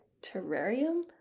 terrarium